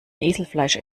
eselfleisch